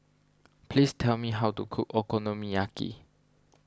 please tell me how to cook Okonomiyaki